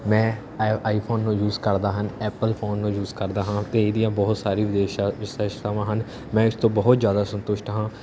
ਮੈਂ ਐ ਆਈਫੋਨ ਨੂੰ ਯੂਸ ਕਰਦਾ ਹਾਂ ਐਪਲ ਫੋਨ ਨੂੰ ਯੂਸ ਕਰਦਾ ਹਾਂ ਅਤੇ ਇਹਦੀਆਂ ਬਹੁਤ ਸਾਰੀ ਵਿਦੇਸ਼ ਵਿਸ਼ੇਸ਼ਤਾਵਾਂ ਹਨ ਮੈਂ ਇਸ ਤੋਂ ਬਹੁਤ ਜ਼ਿਆਦਾ ਸੰਤੁਸ਼ਟ ਹਾਂ